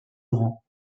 laurent